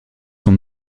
sont